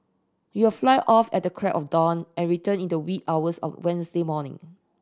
you'll fly off at the crack of dawn and return in the wee hours of Wednesday morning